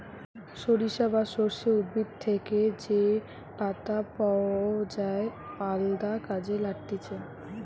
সরিষা বা সর্ষে উদ্ভিদ থেকে যে পাতা পাওয় যায় আলদা কাজে লাগতিছে